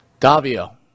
Davio